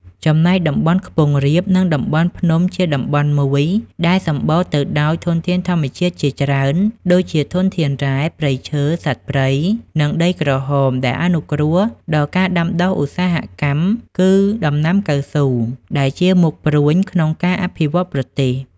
ចំណែកតំបន់ខ្ពងរាប និងតំបន់ភ្នំជាតំបន់មួយ ដែលសំម្បូរទៅដោយធនធានធម្មជាតិជាច្រើនដូចជាធនធានរ៉ែ ព្រៃឈើ សត្វព្រៃ និងដីក្រហមដែលអនុគ្រោះដល់ការដាំដុះ ឧស្សាហកម្ម គឺដំណាំកៅស៊ូដែលជាមុខព្រួញក្នុងការអភិវឌ្ឍប្រទេស។